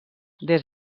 des